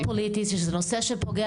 אומרים לנו שזה לא פוליטי שזה נושא שפוגע